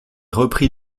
repris